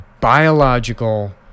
biological